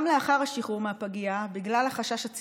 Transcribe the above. גם לאחר השחרור מהפגייה,